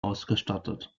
ausgestattet